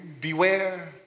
Beware